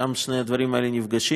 שם שני הדברים האלה נפגשים.